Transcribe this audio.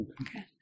Okay